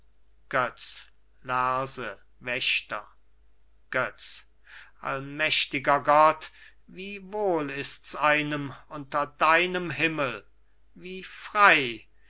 götz allmächtiger gott wie wohl ist's einem unter deinem himmel wie frei